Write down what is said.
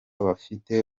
bafite